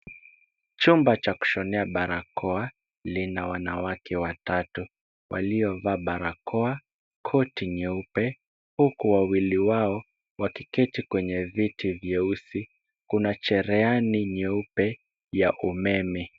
Chumba cha kushonea balakoa, lina wanawake watatu, waliovaa balakoa, koti nyeupe huku wawili wao wakiketi kwenye viti vyeusi. Kuna jerehani nyeupe ya umeme.